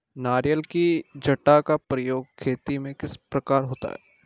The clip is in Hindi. नारियल की जटा का प्रयोग खेती में किस प्रकार होता है?